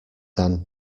than